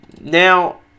Now